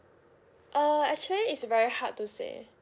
uh actually it's very hard to say